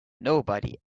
nobody